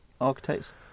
architects